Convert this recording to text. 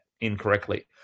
incorrectly